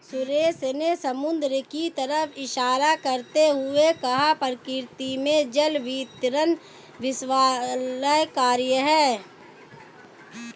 सुरेश ने समुद्र की तरफ इशारा करते हुए कहा प्रकृति में जल वितरण विशालकाय है